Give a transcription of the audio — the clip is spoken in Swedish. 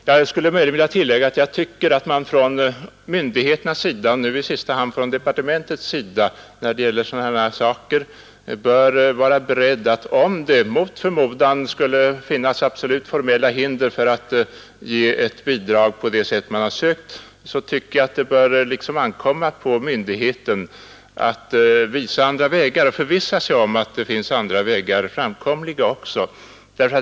Jag tycker att det bör ankomma på myndigheterna och i sista hand på departementet att, om det mot förmodan finns formella hinder för att ge bidrag som söks, visa på andra vägar och också att förvissa sig om att andra vägar är framkomliga.